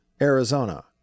Arizona